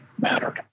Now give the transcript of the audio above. mattered